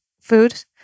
food